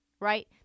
right